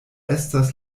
estas